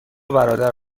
برادر